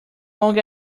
long